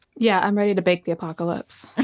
yeah. i'm ready to bake the apocalypse. yeah